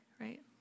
right